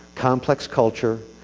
complex culture,